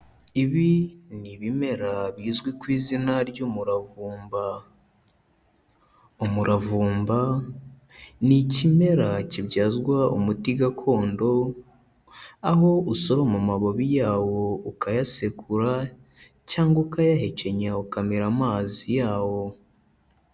Ibi ni ibimera bizwi ku izina ry'umuravumba, umuravumba ni ikimera kibyazwa umuti gakondo, aho usoroma amababi yawo ukayasekura cyangwa ukayahekenya ukamira amazi yawo.